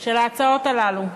של ההצעות הללו,